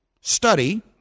study